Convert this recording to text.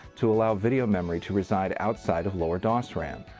to allow video memory to reside outside of lower dos ram.